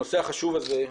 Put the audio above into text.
הנושא החשוב הזה,